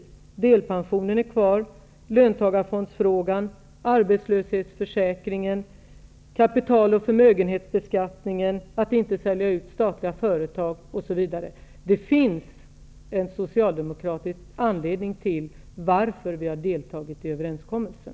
Det gäller delpensionen som är kvar, löntagarfondsfrågan, arbetslöshetsförsäkringen, kapital och förmögenhetsbeskattningen, att inte sälja ut statliga företag osv. Det finns en socialdemokratisk anledning till varför vi har deltagit i överenskommelsen.